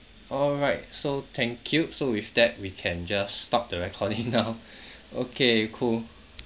all right so thank you so with that we can just stop the recording now okay cool